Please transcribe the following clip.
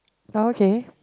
oh okay